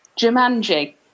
Jumanji